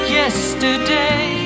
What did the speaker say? yesterday